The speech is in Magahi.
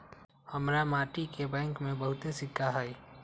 हमरा माटि के बैंक में बहुते सिक्का हई